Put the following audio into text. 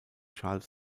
charles